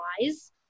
wise